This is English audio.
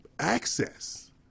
access